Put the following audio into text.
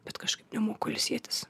bet kažkaip nemoku ilsėtis